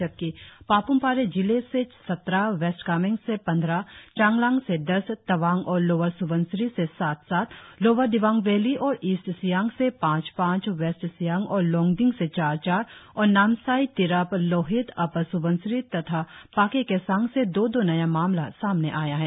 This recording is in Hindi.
जबकि पाप्मपारे से सत्रह वेस्ट कामेंग से पंद्रह चांगलांग से दस तवांग और लोअर स्बनसिरी से सात सात लोअर दिबांग वैली और ईस्ट सियांग से पांच पांच वेस्ट सियांग और लोंगडिंग से चार चार और नामसाई तिरप लोहित अपर स्बनसिरी तथा पाके केसांग से दो दो नया मामला सामाने आया है